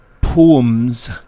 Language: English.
Poems